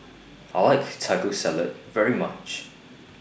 I like Taco Salad very much